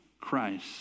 Christ